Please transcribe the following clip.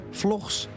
vlogs